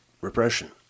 repression